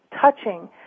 touching